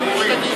היינו משתנים.